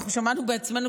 אנחנו שמענו בעצמנו,